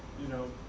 you know,